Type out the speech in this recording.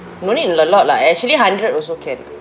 no need a lot lah actually hundred also can